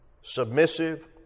Submissive